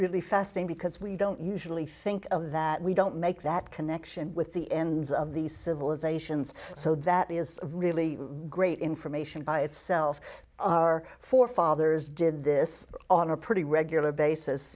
really fasting because we don't usually think of that we don't make that connection with the ends of the civilizations so that is really great information by itself our forefathers did this on a pretty regular basis